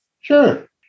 Sure